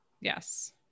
Yes